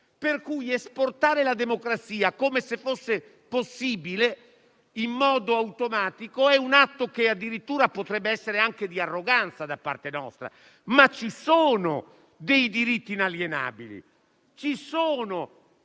Quindi, esportare la democrazia, come se fosse possibile farlo in modo automatico, è un atto che addirittura potrebbe essere anche di arroganza da parte nostra. Ci sono, però, dei diritti inalienabili. Ci sono